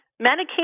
Medication